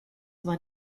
war